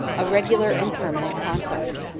a regular and permanent conquest.